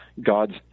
God's